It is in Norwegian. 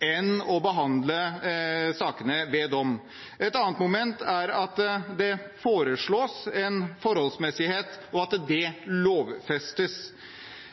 enn ved å behandle sakene i domstol. Et annet moment er at det foreslås en forholdsmessighet, og at det lovfestes.